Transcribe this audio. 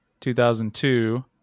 2002